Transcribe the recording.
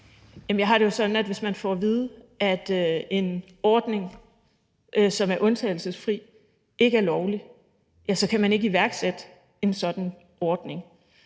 Jeg har det jo sådan, at hvis man får at vide, at en ordning, som er undtagelsesfri, ikke er lovlig, så kan man ikke iværksætte en sådan ordning.